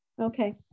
Okay